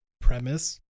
premise